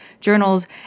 journals